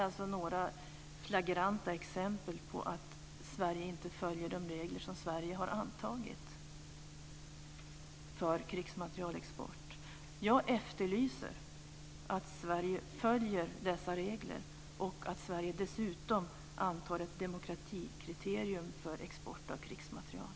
Detta är några flagranta exempel på att Sverige inte följer de regler som Sverige har antagit för krigsmaterielexport. Jag efterlyser att Sverige följer dessa regler och att Sverige dessutom antar ett demokratikriterium för export av krigsmateriel.